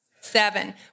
Seven